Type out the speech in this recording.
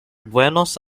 buenos